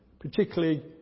particularly